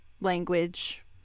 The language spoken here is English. language